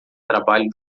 trabalho